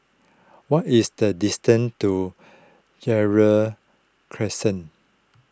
what is the distance to Gerald Crescent